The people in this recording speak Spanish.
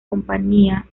compañía